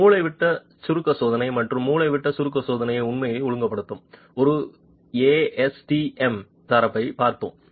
மூலைவிட்ட சுருக்க சோதனை மற்றும் மூலைவிட்ட சுருக்க சோதனையை உண்மையில் ஒழுங்குபடுத்தும் ஒரு ஏஎஸ்டிஎம் தரத்தைப் பார்த்தோம்